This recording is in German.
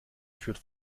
führt